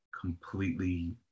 completely